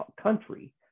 country